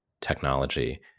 technology